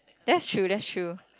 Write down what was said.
that's true that's true